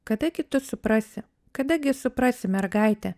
kada gi tu suprasi kada gi suprasi mergaite